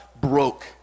broke